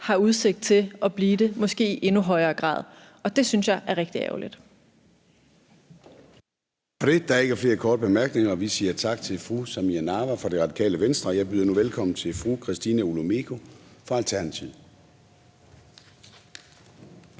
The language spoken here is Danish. har udsigt til at blive det i måske endnu højere grad. Det synes jeg er rigtig ærgerligt.